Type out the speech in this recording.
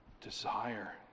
Desire